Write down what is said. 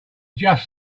just